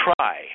try